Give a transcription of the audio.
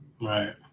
Right